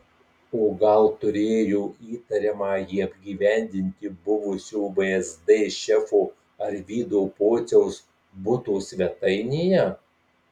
o gal turėjo įtariamąjį apgyvendinti buvusio vsd šefo arvydo pociaus buto svetainėje